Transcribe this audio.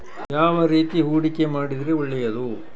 ಯಾವ ರೇತಿ ಹೂಡಿಕೆ ಮಾಡಿದ್ರೆ ಒಳ್ಳೆಯದು?